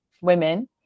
women